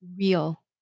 real